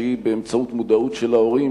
שהיא באמצעות מודעות של ההורים,